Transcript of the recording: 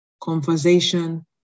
conversation